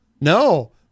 No